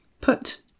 put